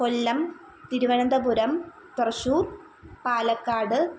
Kollam Thiruvananthapuram Thrissur Palakkad